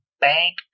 bank